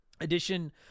edition